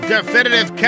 Definitive